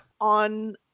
on